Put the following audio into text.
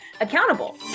accountable